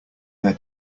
their